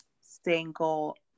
single